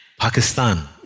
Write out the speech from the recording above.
Pakistan